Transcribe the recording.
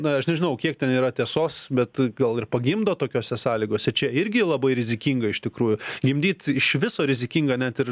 na aš nežinau kiek ten yra tiesos bet gal ir pagimdo tokiose sąlygose čia irgi labai rizikinga iš tikrųjų gimdyt iš viso rizikinga net ir